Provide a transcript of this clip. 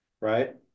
right